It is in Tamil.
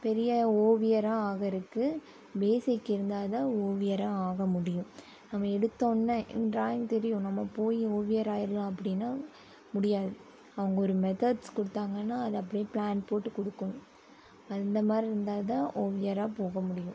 பெரிய ஓவியராக ஆகறதுக்கு பேசிக் இருந்தால் தான் ஓவியராக ஆக முடியும் நம்ம எடுத்தொடனே டிராயிங் தெரியும் நம்ம போய் ஓவியராக ஆயிடலாம் அப்படின்னா முடியாது அவங்க ஒரு மெத்தெட்ஸ் கொடுத்தாங்கன்னா அது அப்படியே பிளான் போட்டு கொடுக்கணும் அந்த மாதிரி இருந்தால் தான் ஓவியராக போக முடியும்